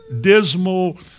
dismal